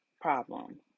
Problem